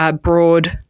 broad